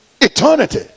eternity